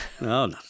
No